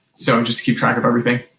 so, um just to keep track of everything.